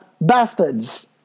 bastards